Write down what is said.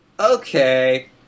Okay